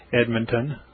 Edmonton